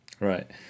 right